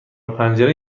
پنجره